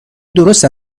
درست